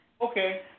Okay